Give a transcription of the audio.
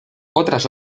otras